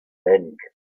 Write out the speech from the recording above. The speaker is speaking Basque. lehenik